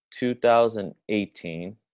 2018